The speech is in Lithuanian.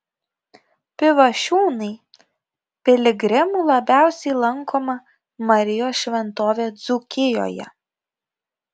pivašiūnai piligrimų labiausiai lankoma marijos šventovė dzūkijoje